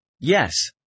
Yes